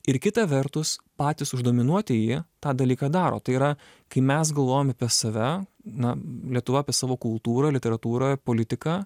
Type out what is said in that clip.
ir kita vertus patys uždominuotieji tą dalyką daro tai yra kai mes galvojam apie save na lietuva apie savo kultūrą literatūrą politiką